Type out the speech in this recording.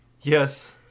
Yes